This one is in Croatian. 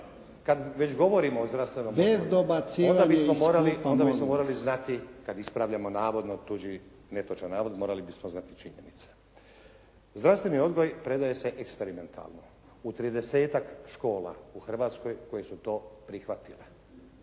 Kad već govorimo o zdravstvenom odgoju onda bismo morali znati kad ispravljamo navodno tuđi netočan navod morali bismo znati činjenice. Zdravstveni odgoj predaje se eksperimentalno u tridesetak škola u Hrvatskoj koje su to prihvatile.